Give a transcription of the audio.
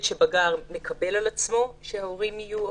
שבגר מקבל על עצמו שההורים יהיו אפוטרופסים,